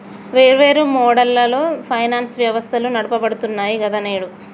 వేర్వేరు మోడళ్లలో ఫైనాన్స్ వ్యవస్థలు నడపబడుతున్నాయి గదా నేడు